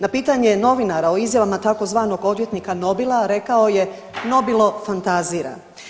Na pitanje novinara o izjavama tzv. odvjetnika Nobila, rekao je Nobilo fantazira.